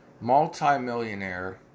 Multi-millionaire